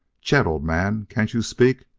chet, old man can't you speak?